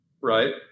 right